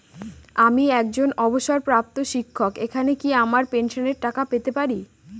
আমি একজন অবসরপ্রাপ্ত শিক্ষক এখানে কি আমার পেনশনের টাকা পেতে পারি?